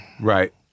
Right